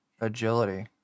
agility